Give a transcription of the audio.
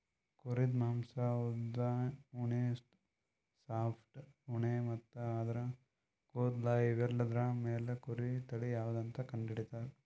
ಕುರಿದ್ ಮಾಂಸಾ ಉದ್ದ್ ಉಣ್ಣಿ ಸಾಫ್ಟ್ ಉಣ್ಣಿ ಮತ್ತ್ ಆದ್ರ ಕೂದಲ್ ಇವೆಲ್ಲಾದ್ರ್ ಮ್ಯಾಲ್ ಕುರಿ ತಳಿ ಯಾವದಂತ್ ಕಂಡಹಿಡಿತರ್